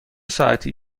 ساعتی